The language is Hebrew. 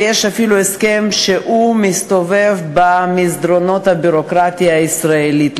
ויש אפילו הסכם שמסתובב במסדרונות הביורוקרטיה הישראלית,